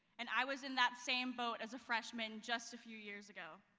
and i was in that same boat as a freshman, just a few years ago.